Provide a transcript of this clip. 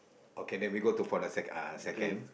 okay then we go to for the second uh second